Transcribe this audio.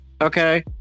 Okay